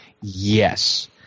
Yes